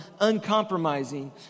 uncompromising